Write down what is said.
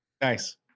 Nice